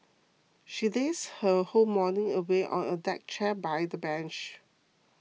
she lazed her whole morning away on a deck chair by the beach